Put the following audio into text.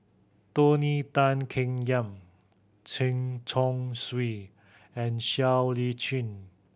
Tony Tan Keng Yam Chen Chong Swee and Siow Lee Chin